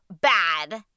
bad